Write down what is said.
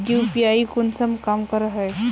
UPI कुंसम काम करे है?